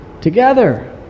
together